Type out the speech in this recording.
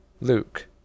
luke